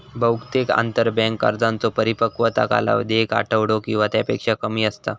बहुतेक आंतरबँक कर्जांचो परिपक्वता कालावधी एक आठवडो किंवा त्यापेक्षा कमी असता